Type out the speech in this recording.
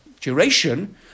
duration